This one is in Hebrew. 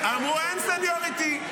אין סניוריטי.